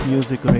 Music